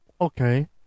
okay